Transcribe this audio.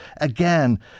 Again